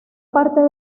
parte